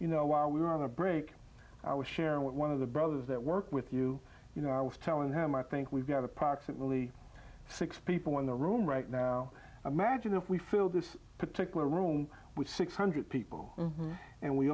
you know while we were on a break i will share with one of the brothers that work with you you know i was telling him i think we've got approximately six people in the room right now imagine if we filled this particular room with six hundred people and we